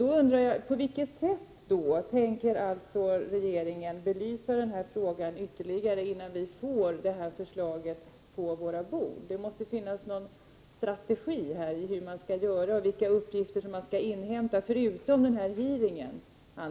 Jag undrar då på vilket sätt regeringen tänker belysa denna fråga ytterligare innan vi får detta förslag på våra bord. Jag antar att det måste finnas en strategi för hur man skall göra och vilka uppgifter man skall inhämta, förutom hearingen.